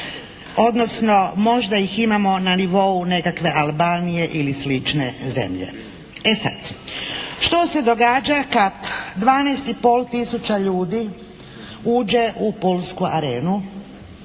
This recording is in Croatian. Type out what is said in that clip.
odnosno možda ih imamo na nivou nekakve Albanije ili slične zemlje. E sad, što se događa kad 12,5 tisuća ljudi uđe u pulsku Arenu